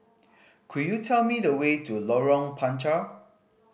could you tell me the way to Lorong Panchar